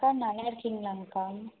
அக்கா நல்லாயிருக்கீங்களாங்கக்கா